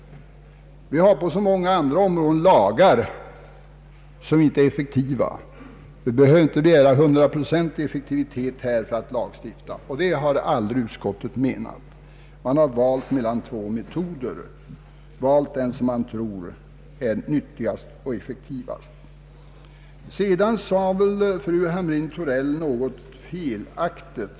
Vi har på så många andra områden lagar som inte är effektiva. Utskottet har aldrig menat att vi behöver begära 100-procentig effektivitet för att lagstifta. Man har valt mellan två metoder, och man har valt den som man tror är nyttigast och effektivast. Sedan sade fru Hamrin-Thorell någonting felaktigt.